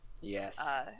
Yes